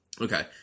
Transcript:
Okay